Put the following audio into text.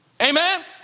Amen